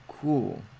cool